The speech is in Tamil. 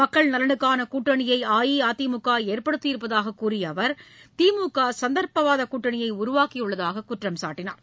மக்கள் நலனுக்கானகூட்டணியைஅஇஅதிமுகஏற்படுத்தி இருப்பதாககூறியஅவர் திமுகசந்தர்ப்பவாதகூட்டணியைஉருவாக்கியுள்ளதாககுற்றம்சாட்டினார்